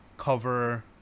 cover